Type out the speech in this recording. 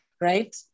right